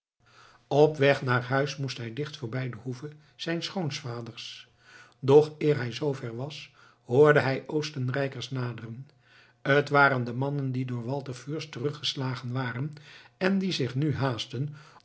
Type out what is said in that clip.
op weg naar huis moest hij dicht voorbij de hoeve zijns schoonvaders doch eer hij zoo ver was hoorde hij oostenrijkers naderen het waren de mannen die door walter fürst terug geslagen waren en die zich nu haastten